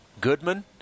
Goodman